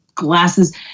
glasses